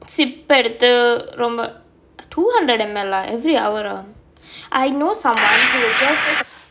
sip எடுத்து ரொம்பே:eduthu rombae two hundred M_L ah every hour ah I know someone who will just